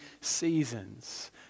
seasons